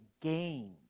gained